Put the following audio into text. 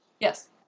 Yes